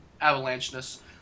avalanche-ness